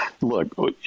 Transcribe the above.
Look